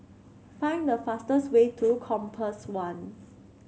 find the fastest way to Compass One